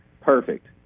Perfect